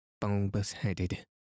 bulbous-headed